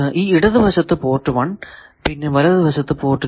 ഈ ഇടതു വശത്തു പോർട്ട് 1 പിന്നെ വലതു വശത്തു പോർട്ട് 2